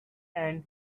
and